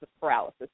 paralysis